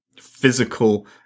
physical